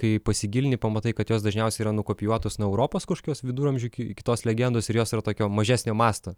kai pasigilini pamatai kad jos dažniausiai yra nukopijuotos nuo europos kažkokios viduramžių ki kitos legendos ir jos yra tokio mažesnio masto